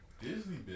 Disney